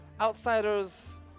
Outsiders